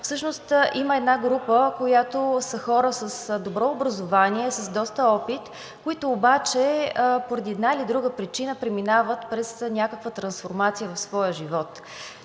всъщност има една група, която са хора с добро образование, с доста опит, които обаче поради една или друга причина преминават през някаква трансформация в своя живот.